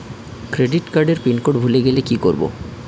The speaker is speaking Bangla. ক্রেডিট কার্ডের পিনকোড ভুলে গেলে কি করব?